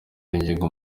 yinginga